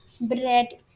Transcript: bread